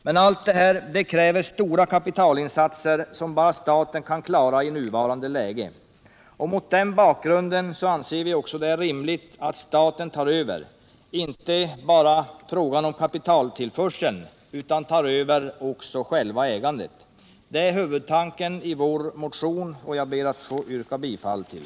Men allt detta kräver stora kapitalinsatser som bara staten kan klara i nuvarande läge. Mot den bakgrunden är det också rimligt att staten tar över — inte bara kapitaltillförseln utan också ägandet. Det är huvudtanken i vår motion, som jag ber att få yrka bifall till.